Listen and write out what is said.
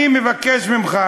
אני מבקש לשמוע ממך